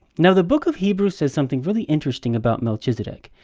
now the book of hebrews says something really interesting about melchizedek.